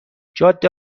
جاده